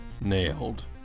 nailed